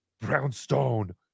Brownstone